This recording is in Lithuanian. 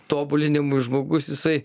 tobulinimui žmogus jisai